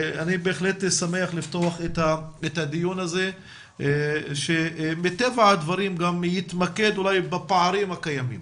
אני שמח לפתוח את הדיון הזה שמטבע הדברים גם יתמקד אולי בפערים הקיימים